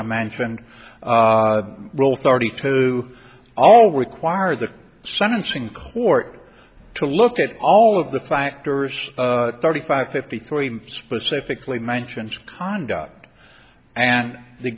i mentioned rule thirty two all require the sentencing court to look at all of the factors thirty five fifty three specifically mentions conduct and the